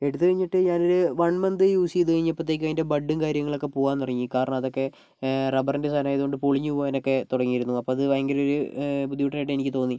എടുത്ത് കഴിഞ്ഞിട്ട് ഞാൻ ഒരു വൺ മന്ത് യൂസ് ചെയ്ത് കഴിഞ്ഞപ്പോഴത്തേക്കും അതിൻ്റെ ബഡ്ഡും കാര്യങ്ങളൊക്കെ പോകാൻ തുടങ്ങി കാരണം അതൊക്കെ റബ്ബറിൻ്റെ സാധനമായത് കൊണ്ട് പൊടിഞ്ഞു പോകാൻ ഒക്കെ തുടങ്ങിരുന്നു അത് ഭയങ്കര ഒരു ബുദ്ധിമുട്ടായിട്ട് എനിക്ക് തോന്നി